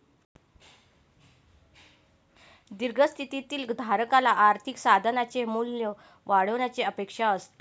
दीर्घ स्थितीतील धारकाला आर्थिक साधनाचे मूल्य वाढण्याची अपेक्षा असते